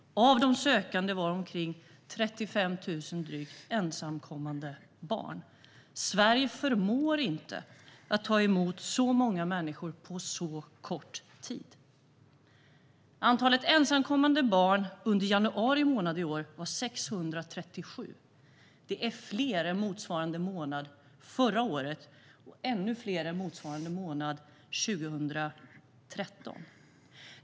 Av de sökande var drygt 35 000 ensamkommande barn. Sverige förmår inte att ta emot så många människor på så kort tid. Antalet ensamkommande barn var i januari i år 637. Det är fler än motsvarande månad förra året och ännu fler än motsvarande månad 2013.